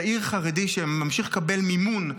צעיר חרדי שממשיך לקבל מימון,